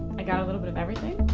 i got a little bit of everything.